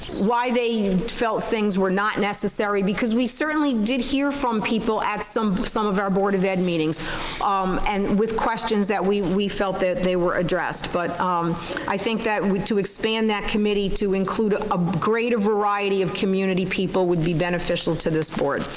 why they and felt things were not necessary because we certainly did hear from people at some some of our board of ed meetings um and with questions that we we felt that they were addressed. but i think that to expand that committee to include a greater variety of community people would be beneficial to this board,